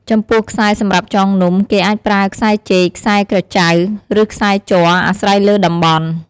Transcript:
ចំពោះខ្សែសម្រាប់ចងនំ គេអាចប្រើខ្សែចេក ខ្សែក្រចៅ ឬខ្សែជ័រ អាស្រ័យលើតំបន់។